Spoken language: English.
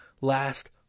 last